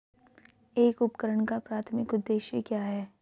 एक उपकरण का प्राथमिक उद्देश्य क्या है?